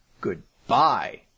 goodbye